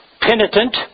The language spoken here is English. penitent